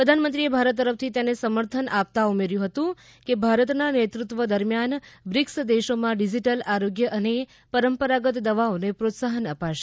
પ્રધાનમંત્રીએ ભારત તરફથી તેને સમર્થન આપતા ઉમેર્ચું હતું કે ભારતના નેતૃત્વ દરમ્યાન બ્રિકસ દેશોમાં ડીજીટલ આરોગ્ય અને પરંપરાગત દવાઓને પ્રોત્સાહન અપાશે